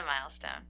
milestone